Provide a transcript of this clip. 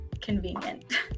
convenient